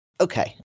Okay